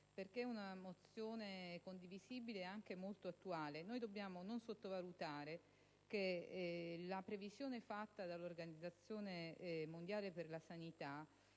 tratta di una mozione condivisibile e molto attuale. Non dobbiamo sottovalutare che nella previsione fatta dall'Organizzazione mondiale della sanità